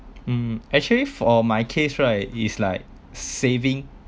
mm actually for my case right is like saving